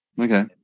Okay